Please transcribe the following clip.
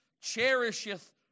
cherisheth